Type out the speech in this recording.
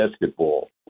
basketball